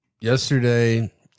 yesterday